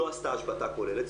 לא עשתה השבתה כוללת,